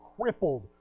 crippled